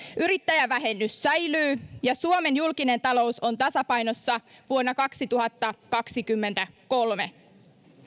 yrittäjävähennys säilyy ja suomen julkinen talous on tasapainossa vuonna kaksituhattakaksikymmentäkolme